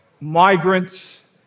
migrants